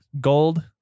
gold